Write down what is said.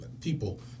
People